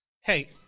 Hey